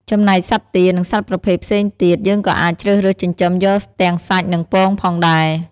ចំណែកសត្វទា និងសត្វប្រភេទផ្សេងទៀតយើងក៏អាចជ្រើសរើសចិញ្ចឹមយកទាំងសាច់ និងពងផងដែរ។